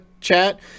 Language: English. chat